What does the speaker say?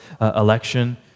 election